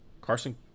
Carson